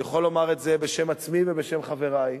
אני יכול לומר את זה בשם עצמי ובשם חברי,